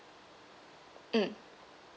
mm